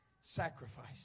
sacrifice